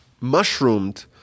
mushroomed